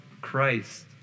Christ